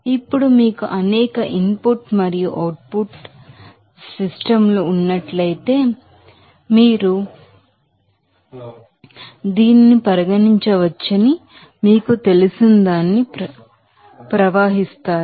ఇప్పుడు మీకు అనేక ఇన్ పుట్ మరియు అవుట్ పుట్ స్ట్రీమ్ లు ఉన్నట్లయితే మీరు దీనిని పరిగణించవచ్చని మీకు తెలిసినదానిని ప్రవహిస్తారు